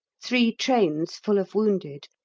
three trains full of wounded,